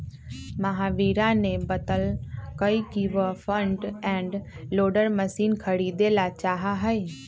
महावीरा ने बतल कई कि वह फ्रंट एंड लोडर मशीन खरीदेला चाहा हई